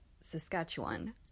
Saskatchewan